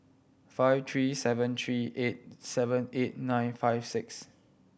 five three seven three eight seven eight nine five six